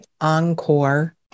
encore